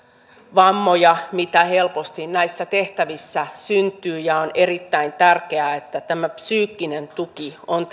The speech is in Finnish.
vammoja mitä helposti näissä tehtävissä syntyy on erittäin tärkeää että tämä psyykkinen tuki on